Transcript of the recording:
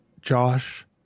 Josh